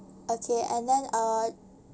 okay and then uh